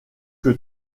que